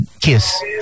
kiss